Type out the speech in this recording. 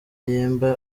yemba